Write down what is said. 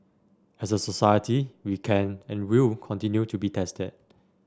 as a society we can and will continue to be tested